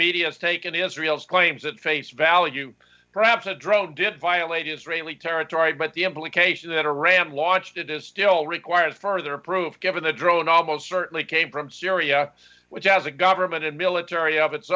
media has taken israel's claims at face value perhaps a drone did violate israeli territory but the implication that iran launched it is still requires further proof given the drone almost certainly came from syria which has a government and military of its